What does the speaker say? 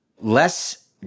less